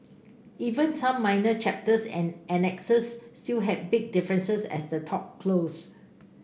even some minor chapters and annexes still had big differences as the talks closed